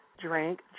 drink